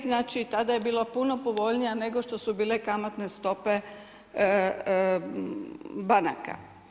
Znači tada je bilo puno povoljnija nego što su bile kamatne stope banaka.